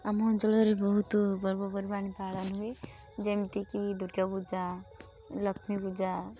ଆମ ଅଞ୍ଚଳରେ ବହୁତ ପର୍ବପର୍ବାଣି ପାଳନ ହୁଏ ଯେମିତିକି ଦୁର୍ଗା ପୂଜା ଲକ୍ଷ୍ମୀ ପୂଜା